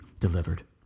delivered